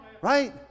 Right